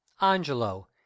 angelo